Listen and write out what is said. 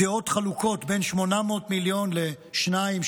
דעות חלוקות: בין 800 מיליון ל-2,